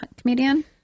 comedian